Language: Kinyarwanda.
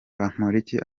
bamporiki